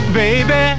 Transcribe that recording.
baby